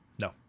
No